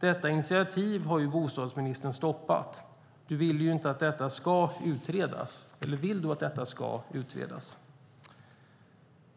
Detta initiativ har bostadsministern stoppat. Du vill ju inte att detta ska utredas. Eller vill du att detta ska utredas?